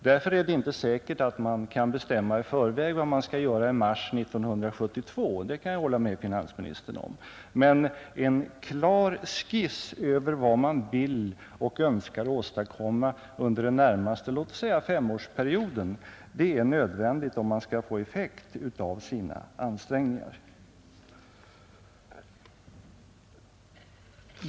Det är inte säkert att man därför kan bestämma i förväg vad man skall göra i mars 1972 — det kan jag hålla med finansministern om — men en klar skiss över vad man önskar åstadkomma under låt oss säga närmaste femårsperiod är nödvändig, om man skall få effekt av sina ansträngningar.